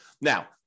Now